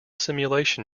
simulation